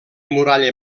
muralla